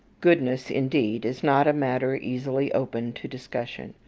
goodness, indeed, is not a matter easily opened to discussion.